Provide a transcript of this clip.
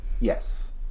Yes